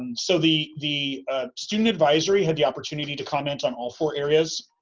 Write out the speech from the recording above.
and so the the ah student advisory had the opportunity to comment on all four areas.